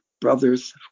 brothers